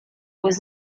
was